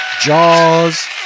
Jaws